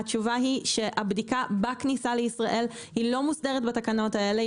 התשובה היא שהבדיקה בכניסה לישראל היא לא מוסדרת בתקנות האלה,